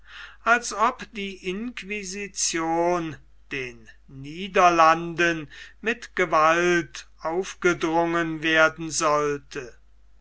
als ob die inquisition den niederlanden mit gewalt aufgedrungen werden sollte